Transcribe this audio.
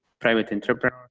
private entrepreneur,